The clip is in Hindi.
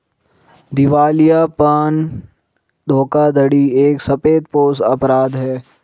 दिवालियापन धोखाधड़ी एक सफेदपोश अपराध है